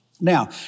Now